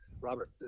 Robert